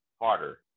harder